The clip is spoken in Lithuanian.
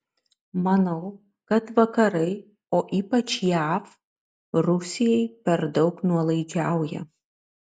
manau kad vakarai o ypač jav rusijai per daug nuolaidžiauja